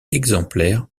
exemplaires